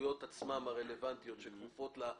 הפעילויות הרלוונטיות שכפופות לעניין הזה.